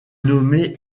nommée